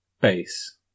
base